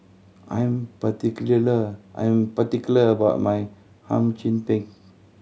I'm I'm particular about my Hum Chim Peng